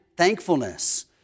Thankfulness